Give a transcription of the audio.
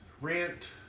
Rent